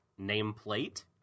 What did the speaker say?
nameplate